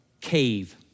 Cave